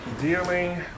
dealing